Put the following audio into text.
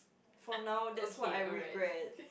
for now that's what I regret